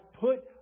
put